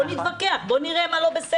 בואו נתווכח, בוא נראה מה לא בסדר.